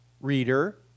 reader